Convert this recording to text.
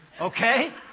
Okay